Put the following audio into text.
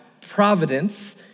providence